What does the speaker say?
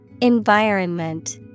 Environment